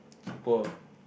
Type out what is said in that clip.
poor